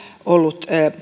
ollut